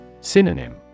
Synonym